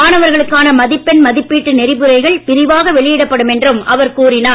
மாணவர்களுக்கான மதிப்பெண் மதிப்பீட்டு நெறிமுறைகள் விரிவாக வெளியிடப்படும் என்றும் அவர் கூறினார்